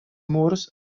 murs